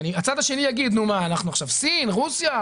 הצד השני יגיד: נו, מה, אנחנו עכשיו סין, רוסיה?